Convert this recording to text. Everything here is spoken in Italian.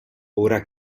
ora